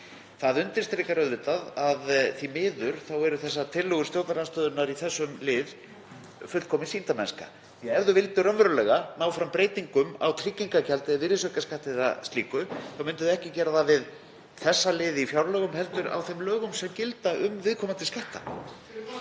Það undirstrikar auðvitað að því miður eru tillögur stjórnarandstöðunnar í þessum lið fullkomin sýndarmennska. Ef þau vildu raunverulega ná fram breytingum á tryggingagjaldi, virðisaukaskatti eða slíku myndu þau ekki gera athugasemdir við þessa liði í fjárlögum heldur við þau lög sem gilda um viðkomandi skatta.